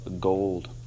gold